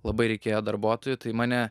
labai reikėjo darbuotojų tai mane